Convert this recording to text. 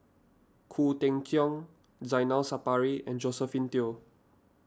Khoo Cheng Tiong Zainal Sapari and Josephine Teo